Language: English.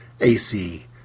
AC